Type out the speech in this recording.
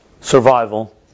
survival